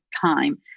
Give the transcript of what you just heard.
time